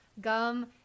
gum